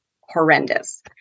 horrendous